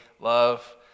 love